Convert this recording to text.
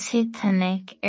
Titanic